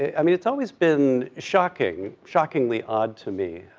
i mean, it's always been shocking, shockingly odd to me,